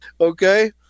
Okay